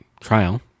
trial